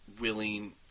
willing